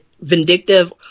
vindictive